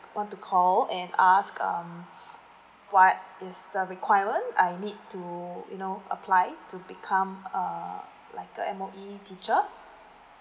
want to call and ask um what is the requirement I need to know you know apply to become err like a M_O_E teacher